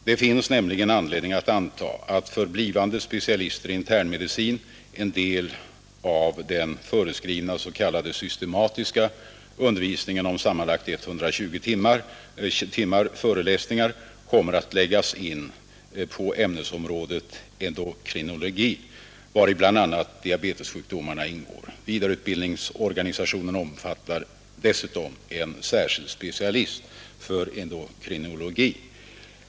Det finns nämligen anledning anta att för blivande specialister i internmedicin en del av den medicinska s.k. systematiska utbildningen om sammanlagt 120 föreläsningar kommer att läggas in på ämnesområdet endokrinologi, vari bl.a. diabetessjukdomarna ingår. Vidareutbildningsorganisationen omfattar dessutom en särskild specialist för endokrinologi.